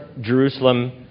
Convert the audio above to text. Jerusalem